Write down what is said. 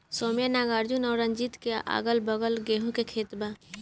सौम्या नागार्जुन और रंजीत के अगलाबगल गेंहू के खेत बा